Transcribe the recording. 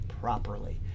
properly